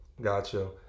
Gotcha